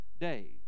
days